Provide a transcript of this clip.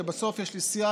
כי בסוף יש לי סייג,